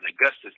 Augustus